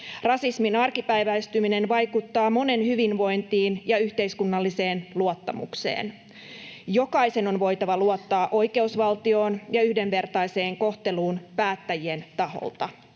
Rasismin arkipäiväistyminen vaikuttaa monen hyvinvointiin ja yhteiskunnalliseen luottamukseen. Jokaisen on voitava luottaa oikeusvaltioon ja yhdenvertaiseen kohteluun päättäjien taholta.